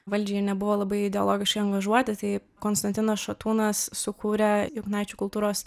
valdžiai nebuvo labai ideologiškai angažuoti jei konstantinas šatūnas sukūrė juknaičių kultūros